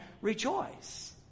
rejoice